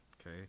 okay